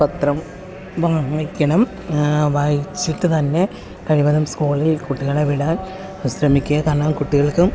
പത്രം വായിക്കണം വായിച്ചിട്ടുതന്നെ കഴിവതും സ്കൂളിൽ കുട്ടികളെ വിടാൻ ശ്രമിക്കുക കാരണം കുട്ടികൾക്കും